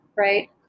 Right